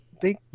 big